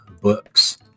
Books